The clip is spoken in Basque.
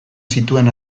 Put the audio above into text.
zituen